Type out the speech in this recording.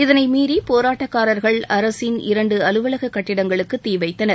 இதனை மீறி போராட்டக்காரர்கள் அரசின் இரண்டு அலுவலக கட்டடங்களுக்குத் தீ வைத்தனர்